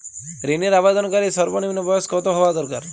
ঋণের আবেদনকারী সর্বনিন্ম বয়স কতো হওয়া দরকার?